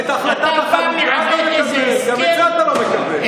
את סן רמו אתה מקבל?